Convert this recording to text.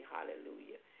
Hallelujah